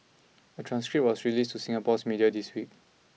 a transcript was released to Singapore's media this week